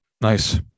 Nice